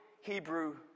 Hebrew